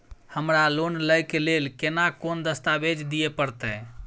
हमरा लोन लय के लेल केना कोन दस्तावेज दिए परतै?